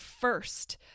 first